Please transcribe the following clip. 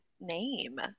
name